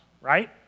right